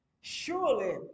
Surely